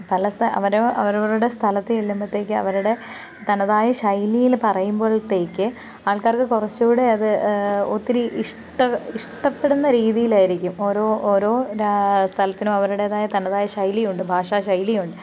പലസ്ഥ അവരവരുടെ സ്ഥലത്ത് ചെല്ലുമ്പള്ത്തേയ്ക്കും അവരുടെ തന്നതായ ശൈലിയില് പറയുമ്പോൾത്തേയ്ക്ക് ആൾക്കാർക്ക് കുറച്ചും കൂടെ അത് ഒത്തിരി ഇഷ്ട്ട ഇഷ്ട്ടപെടുന്ന രീതിയിലായിരിക്കും ഒരോ ഓരോ സ്ഥലത്തിനും അവരുടെതായ തന്നതായ ശൈലിയുണ്ട് ഭാഷാ ശൈലിയുണ്ട്